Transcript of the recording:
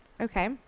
Okay